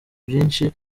byinshi